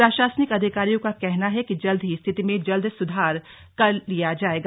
प्रशासनिक अधिकारियों का कहना है कि जल्द ही स्थिति में जल्द सुधार कर लिया जायेगा